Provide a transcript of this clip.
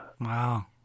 wow